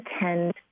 attend